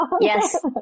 yes